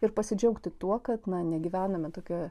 ir pasidžiaugti tuo kad negyvename tokioje